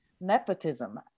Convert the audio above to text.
nepotism